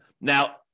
Now